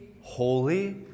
holy